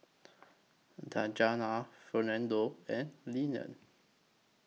Djuana Fernando and Lenon